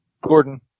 Gordon